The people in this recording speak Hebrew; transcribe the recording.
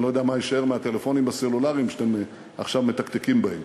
אני לא יודע מה יישאר מהטלפונים הסלולריים שאתם עכשיו מתקתקים בהם,